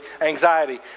anxiety